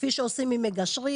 כפי שעושים עם מגשרים,